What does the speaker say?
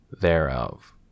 thereof